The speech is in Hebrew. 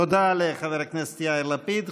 תודה לחבר הכנסת יאיר לפיד.